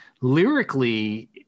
lyrically